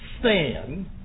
stand